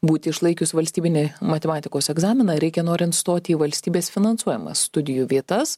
būti išlaikius valstybinį matematikos egzaminą reikia norint stoti į valstybės finansuojamas studijų vietas